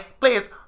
please